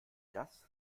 das